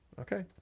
Okay